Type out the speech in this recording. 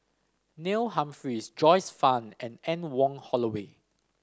Neil Humphreys Joyce Fan and Anne Wong Holloway